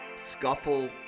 scuffle